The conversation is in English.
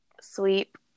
Sweep